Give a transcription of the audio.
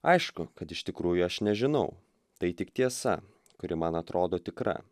aišku kad iš tikrųjų aš nežinau tai tik tiesa kuri man atrodo tikra